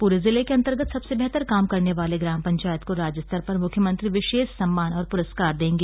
पूरे जिले के अंतर्गत सबसे बेहतर काम करने वाले ग्राम पंचायत को राज्य स्तर पर मुख्यमंत्री विशेष सम्मान और पुरस्कार देंगे